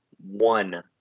one